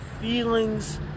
feelings